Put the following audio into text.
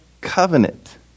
Covenant